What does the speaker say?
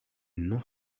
non